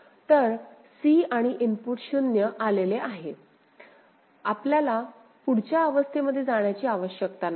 तर c आणि input 0 आले आहे आपल्याला पुढच्या अवस्थेमध्ये जाण्याची आवश्यकता नाही